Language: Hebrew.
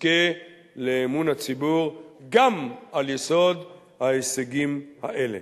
ותזכה לאמון הציבור גם על יסוד ההישגים האלה.